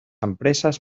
empreses